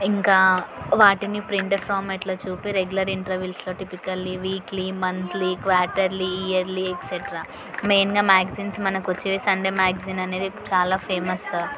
ఇంకా వాటిని ప్రింటర్ ఫార్మాట్లో చూపి రెగ్యులర్ ఇంటర్వెల్స్లో టిపికల్లీ ఈ weekly monthly quarterly yearly etcetera మెయిన్గా మ్యాగజైన్స్ మనకు వచ్చేవి సండే మ్యాగజైన్ అనేది ఇప్పుడు చాలా ఫేమస్